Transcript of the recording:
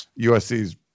USC's